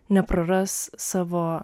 nepraras savo